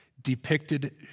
depicted